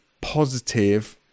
positive